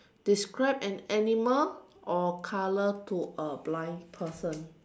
describe an animal or a color to a blind person